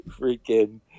freaking –